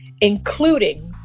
including